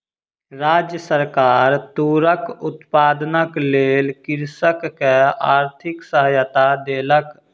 राज्य सरकार तूरक उत्पादनक लेल कृषक के आर्थिक सहायता देलक